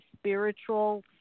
spiritual